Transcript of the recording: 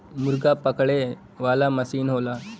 मुरगा पकड़े वाला मसीन होला